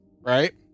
right